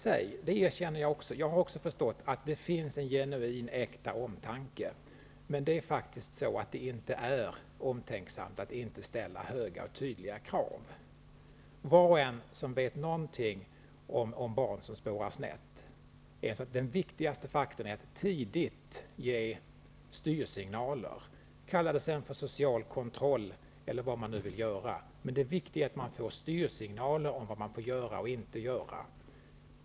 Jag har också förstått att det finns en äkta, genuin omtanke, men det är inte omtänksamt att inte ställa höga och tydliga krav. Var och en som vet någonting om barn som spårar ur, vet att den viktigaste faktorn är att tidigt ge styrsignaler. Sedan kan man kalla det för social kontroll eller vad som helst, men det är viktigt att barn får styrsignaler om vad de får och inte får göra.